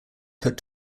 put